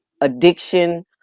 addiction